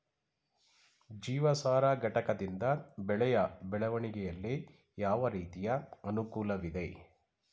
ಜೀವಸಾರ ಘಟಕದಿಂದ ಬೆಳೆಯ ಬೆಳವಣಿಗೆಯಲ್ಲಿ ಯಾವ ರೀತಿಯ ಅನುಕೂಲವಿದೆ?